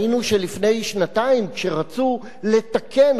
כשרצו לתקן את חוק-יסוד: תקציב